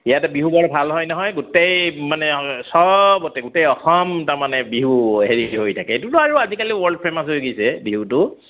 ইয়াতে বিহু বৰ ভাল হয় নহয় গোটেই মানে চবতে গোটেই অসম তাৰমানে বিহু হেৰি হৈ থাকে এইটোতো আৰু আজিকালি ৱৰ্ল্ড ফেমাচ হৈ গৈছে বিহুটো